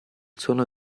suono